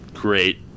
Great